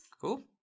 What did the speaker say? Cool